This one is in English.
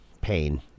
pain